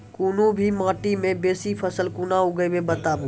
कूनू भी माटि मे बेसी फसल कूना उगैबै, बताबू?